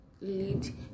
lead